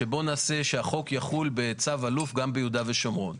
שבואו נעשה שהחוק יחול בצו אלוף גם ביהודה ושומרון.